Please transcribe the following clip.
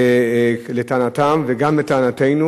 לטענתם וגם לטענתנו,